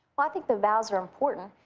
i think the vows are important.